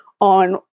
on